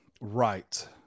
Right